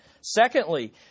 Secondly